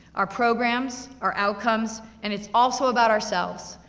our programs, our outcomes, and it's also about ourselves,